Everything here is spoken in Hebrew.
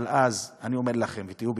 אבל אז, אני אומר לכם, תהיו בטוחים: